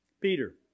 Peter